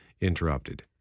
interrupted